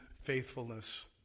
faithfulness